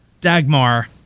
Dagmar